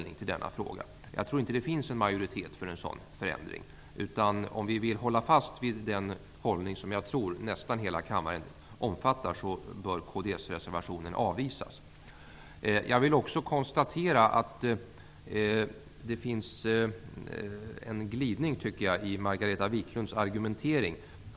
Jag tror dock inte att det finns en majoritet för en sådan förändring. Om vi vill hålla fast vid den inställning som nästan hela kammaren omfattar, bör kdsreservationen avvisas. Jag vill också konstatera att det finns en glidning i Margareta Viklunds argumentering.